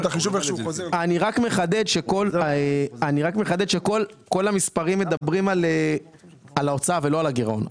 אני רק מחדד שכל המספרים מדברים על ההוצאה ולא על הגרעון.